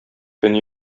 көн